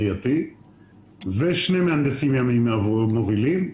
ושני מהנדסים ימיים מהמובילים,